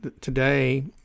today